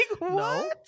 No